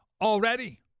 already